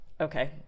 Okay